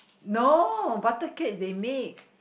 no butter cake is they make